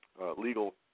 legal